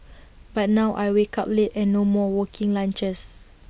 but now I wake up late and no more working lunches